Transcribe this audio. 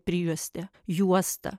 prijuostė juosta